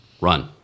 run